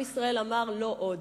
עם ישראל אמר לא עוד.